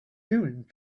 doing